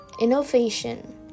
innovation